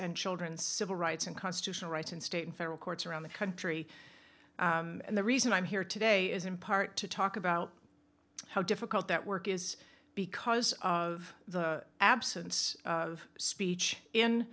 and children's civil rights and constitutional rights in state and federal courts around the country and the reason i'm here today is in part to talk about how difficult that work is because of the absence of speech in